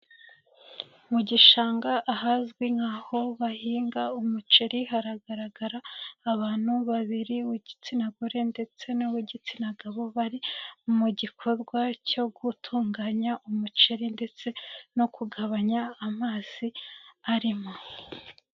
Mu gishanga ahazwi nkaho bahinga umuceri, haragaragara abantu babiri, uw'igitsina gore, ndetse n'uw'igitsina gabo, bari mu gikorwa cyo gutunganya umuceri ndetse no kugabanya amazi arimo.